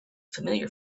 familiar